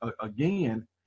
again